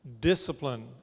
discipline